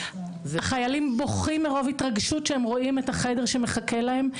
החיילים בוכים מרוב התרגשות כשהם רואים את החדר שמחכה להם.